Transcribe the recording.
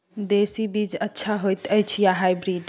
देसी बीज अच्छा होयत अछि या हाइब्रिड?